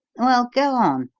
well, go on.